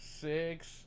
six